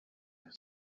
said